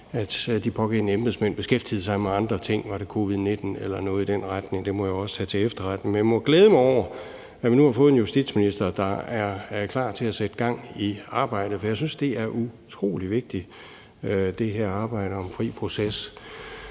de pågældende embedsmand beskæftigede sig med andre ting. Var det covid-19 eller noget i den retning? Det må jeg jo også tage til efterretning, men jeg må glæde mig over, at vi nu har fået en justitsminister, der er klar til at sætte gang i arbejdet, for jeg synes, det her arbejde om fri proces